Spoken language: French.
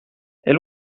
est